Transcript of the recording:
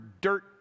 dirt